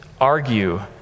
argue